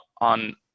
on